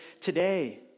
today